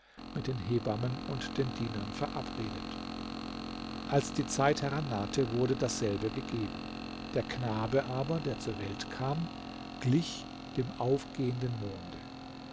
mit den hebammen und den dienern verabredet als die zeit herannahte wurde dasselbe gegeben der knabe aber der zur welt kam glich dem aufgehenden monde